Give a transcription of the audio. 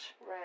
Right